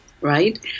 Right